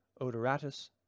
Odoratus